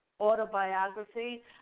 autobiography